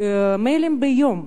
מיילים ביום,